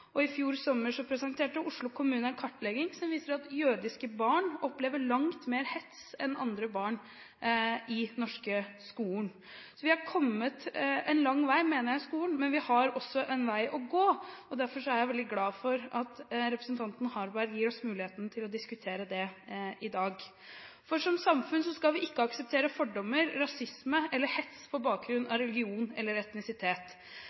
I fjor sommer presenterte Oslo kommune en kartlegging som viser at også jødiske barn opplever langt mer hets enn andre barn i den norske skolen. Så vi er kommet en lang vei, mener jeg, i skolen, men vi har også en vei å gå. Derfor er jeg veldig glad for at representanten Harberg gir oss muligheten til å diskutere det i dag. Som samfunn skal vi ikke akseptere fordommer, rasisme eller hets på bakgrunn av religion eller etnisitet.